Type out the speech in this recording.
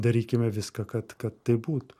darykime viską kad kad tai būtų